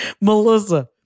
Melissa